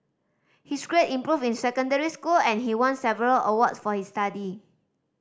his grade improved in secondary school and he won several awards for his study